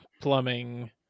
Plumbing